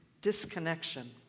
disconnection